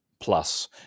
plus